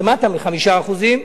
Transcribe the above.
לשפל.